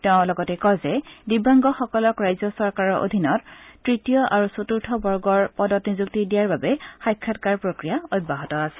তেওঁ কয় যে দিব্যাংগসকলক ৰাজ্য চৰকাৰৰ অধীনৰ ত়তীয় আৰু চতূৰ্থ বৰ্গৰ পদত নিযুক্তি দিয়াৰ বাবে সাক্ষাৎকাৰ প্ৰক্ৰিয়া অব্যাহত আছে